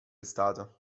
stato